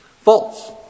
False